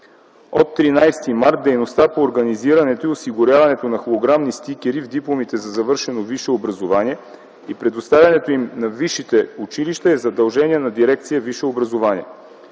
От 13 март 2010 г. дейността по организирането и осигуряването на холограмни стикери в дипломите за завършено висше образование и предоставянето им на висшите училища е задължение на Дирекция „Висше образование”.